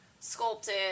sculpted